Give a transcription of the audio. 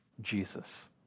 Jesus